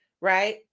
right